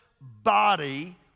body